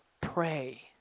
pray